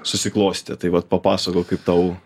susiklostė tai vat papasakok kaip tau